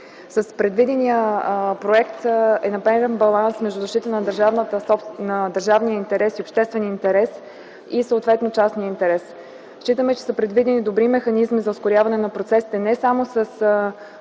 С предвидения проект е направен баланс между защита на държавния и обществен интерес и съответно частния интерес. Считаме, че са предвидени добри механизми за ускоряване на процесите не само с